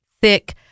thick